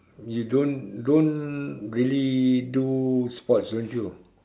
you don't don't really do sports don't you